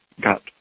got